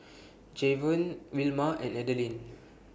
Javon Wilma and Adelyn